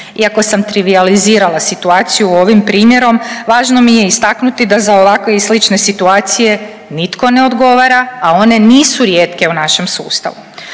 Iako sam trivijalizirala situaciju ovim primjerom važno mi je istaknuti da za ovakve i slične situacije nitko ne odgovara, a one nisu rijetke u našem sustavu.